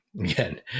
again